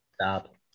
Stop